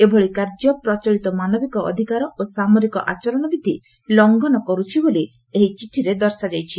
ଏଭଳି କାର୍ଯ୍ୟ ପ୍ରଚଳିତ ମାନବିକ ଅଧିକାର ଓ ସାମରିକ ଆଚରଣ ବିଧି ଲଙ୍ଘନ କରୁଛି ବୋଲି ଏହି ଚିଠିରେ ଦର୍ଶାଯାଇଛି